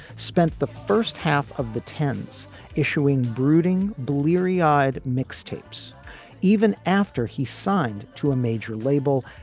spent the first half of the tents issuing brooding, bleary eyed mixtapes even after he signed to a major label.